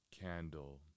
candle